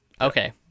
Okay